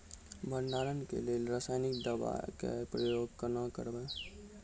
भंडारणक लेल रासायनिक दवेक प्रयोग कुना करव?